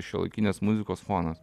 šiuolaikinės muzikos fonas